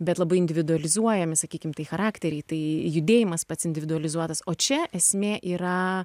bet labai individualizuojami sakykim tai charakteriai tai judėjimas pats individualizuotas o čia esmė yra